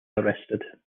arrested